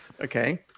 Okay